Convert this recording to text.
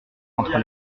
entre